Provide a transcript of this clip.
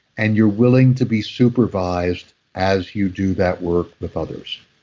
and you're willing to be supervised as you do that work with others.